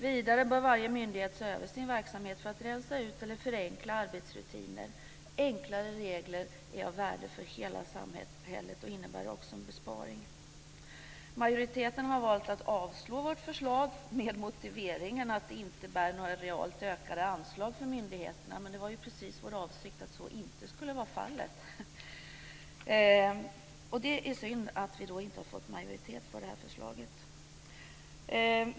Vidare bör varje myndighet se över sin verksamhet för att rensa ut eller förenkla arbetsrutiner. Enklare regler är av värde för hela samhället och innebär också en besparing. Majoriteten har valt att avslå vårt förslag med motiveringen att det inte innebär några realt ökade anslag för myndigheterna. Men vår avsikt var ju att så inte skulle vara fallet. Det är synd att vi inte har fått majoritet för det här förslaget.